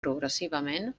progressivament